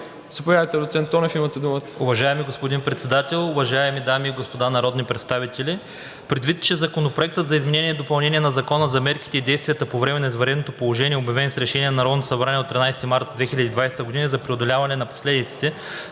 Заповядайте, доцент Тонев, имате думата.